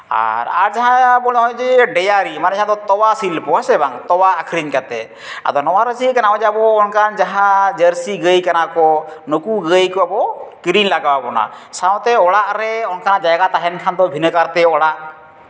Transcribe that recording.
ᱟᱨ ᱟᱨ ᱡᱟᱦᱟᱸ ᱟᱵᱚ ᱱᱚᱜᱼᱚᱭ ᱡᱮ ᱰᱤᱭᱟᱨᱤ ᱢᱟᱱᱮ ᱡᱟᱦᱟᱸ ᱫᱚ ᱛᱚᱣᱟ ᱥᱤᱞᱯᱚ ᱦᱮᱸᱥᱮ ᱵᱟᱝ ᱛᱚᱣᱟ ᱟᱹᱠᱷᱨᱤᱧ ᱠᱟᱛᱮᱫ ᱟᱫᱚ ᱱᱚᱣᱟᱫᱚ ᱪᱤᱠᱟᱹᱜ ᱠᱟᱱᱟ ᱱᱚᱜᱼᱚᱭ ᱡᱮ ᱟᱵᱚ ᱚᱱᱠᱟᱱ ᱡᱟᱦᱟᱸ ᱡᱟᱹᱨᱥᱤ ᱜᱟᱹᱭ ᱠᱟᱱᱟ ᱠᱚ ᱱᱩᱠᱩ ᱜᱟᱹᱭ ᱠᱚ ᱟᱵᱚ ᱠᱤᱨᱤᱧ ᱞᱟᱜᱟᱣ ᱵᱚᱱᱟ ᱥᱟᱶᱛᱮ ᱚᱲᱟᱜ ᱨᱮ ᱚᱱᱠᱟᱱᱟᱜ ᱡᱟᱭᱜᱟ ᱛᱟᱦᱮᱱ ᱠᱷᱟᱱ ᱵᱷᱤᱱᱟᱹᱜᱟᱨᱛᱮ ᱚᱲᱟᱜ